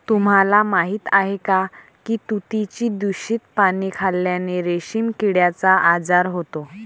तुम्हाला माहीत आहे का की तुतीची दूषित पाने खाल्ल्याने रेशीम किड्याचा आजार होतो